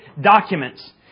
documents